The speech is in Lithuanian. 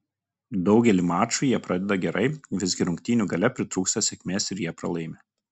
daugelį mačų jie pradeda gerai visgi rungtynių gale pritrūksta sėkmės ir jie pralaimi